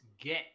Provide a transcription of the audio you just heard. get